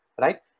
right